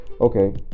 okay